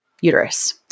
uterus